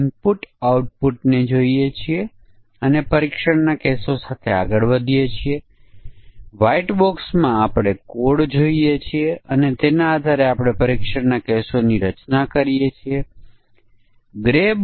ઉદાહરણ તરીકે એક સમકક્ષ વર્ગ એવો હોઈ શકે છે કે URL ને HTTP https ftp file વગેરે પર આધારિત હોઈ શકે છે આ બધી માન્ય URL શ્રેણીઓ છે